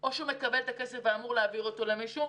או שהוא מקבל את הכסף ואמור להעביר אותו למישהו,